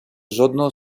жодного